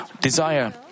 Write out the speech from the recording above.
desire